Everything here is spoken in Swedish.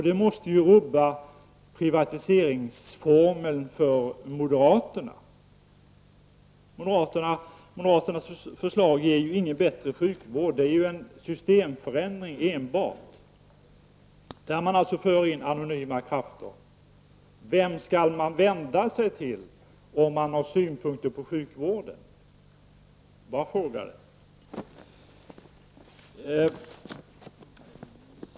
Det måste ju rubba privatiseringsformlen för moderaterna. Deras förslag ger ingen bättre sjukvård. Det är enbart en systemförändring, som för in anonyma krafter. Vem skall man då vända sig till om man har synpunkter på sjukvården? Jag bara frågar.